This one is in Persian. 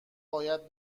باید